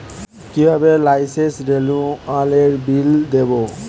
কিভাবে লাইসেন্স রেনুয়ালের বিল দেবো?